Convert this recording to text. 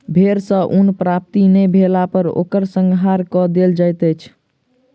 भेड़ सॅ ऊन प्राप्ति नै भेला पर ओकर संहार कअ देल जाइत अछि